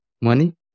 money